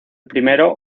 primero